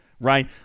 right